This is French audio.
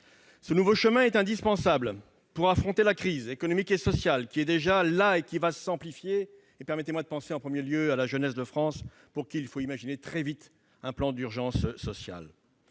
Ce nouveau chemin est indispensable pour affronter la crise économique et sociale. Celle-ci est déjà là, et elle va s'amplifier. Permettez-moi de penser en premier lieu à la jeunesse de France, pour laquelle il faut imaginer très vite un plan d'urgence sociale.